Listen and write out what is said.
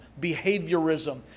behaviorism